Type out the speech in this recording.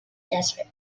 desert